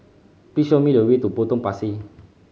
please show me the way to Potong Pasir